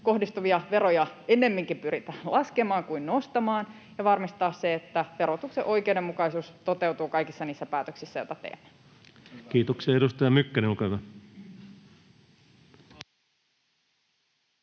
kohdistuvia veroja ennemminkin pyritään laskemaan kuin nostamaan, ja varmistaa se, että verotuksen oikeudenmukaisuus toteutuu kaikissa niissä päätöksissä, joita teemme. [Speech 72] Speaker: Ensimmäinen